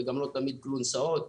ולא תמיד קלונסאות,